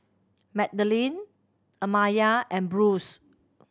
Madaline Amaya and Bruce